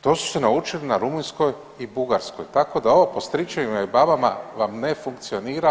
To su se naučili na Rumunjskoj i Bugarskoj, tako da ovo po stričevima i babama vam ne funkcionira.